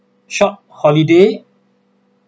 short holiday